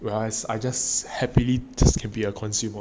whereas I just happy just can be a consumer